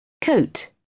coat